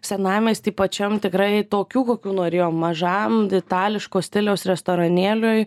senamiesty pačiam tikrai tokių kokių norėjom mažam itališko stiliaus restoranėliui